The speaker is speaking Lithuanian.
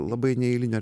labai neeilinio